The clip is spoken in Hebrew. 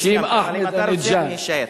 אבל אם אתה רוצה אני אשאר.